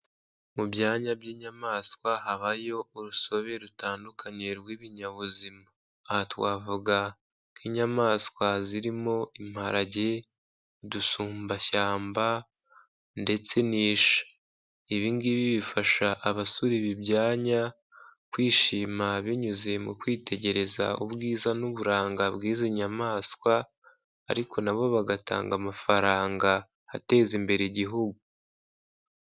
Mu byanya by'inyamaswa habayo urusobe rutandukanye rw'ibinyabuzima, aha twavuga nk'inyamaswa zirimo imparage, udusumbashyamba ndetse n'isha. Ibingibi bifasha abasura ibi byanya kwishima binyuze mu kwitegereza ubwiza n'uburanga bw'izi nyamaswa ariko nabo bagatanga amafaranga ateza imbere igihugu.